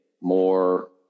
more